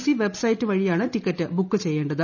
C website വഴിയാണ് ticket book ചെയ്യേണ്ടത്